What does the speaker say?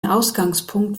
ausgangspunkt